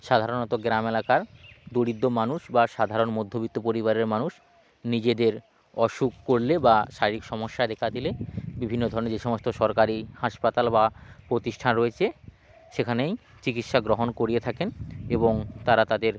সাধারণত গ্রাম এলাকার দরিদ্র মানুষ বা সাধারণ মধ্যবিত্ত পরিবারের মানুষ নিজেদের অসুখ করলে বা শারীরিক সমস্যা দেখা দিলে বিভিন্ন ধরনের যে সমস্ত সরকারি হাসপাতাল বা প্রতিষ্ঠান রয়েছে সেখানেই চিকিৎসা গ্রহণ করিয়ে থাকেন এবং তারা তাদের